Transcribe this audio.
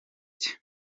cye